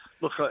Look